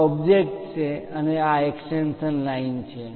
આ ઓબ્જેક્ટ છે અને આ એક્સ્ટેંશન લાઇન છે